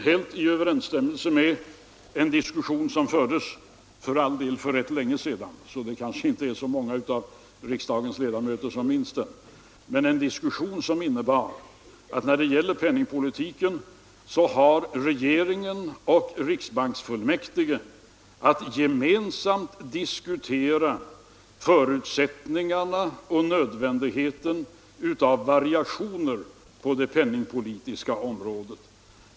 Helt i överensstämmelse med en diskussion som förts, för all del för så länge sedan att det kanske inte är så många av riksdagens ledamöter som minns den, har regeringen och riksbanksfullmäktige att när det gäller penningpo litiken gemensamt bedöma förutsättningarna och nödvändigheten av variationer på det penningpolitiska området.